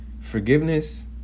Forgiveness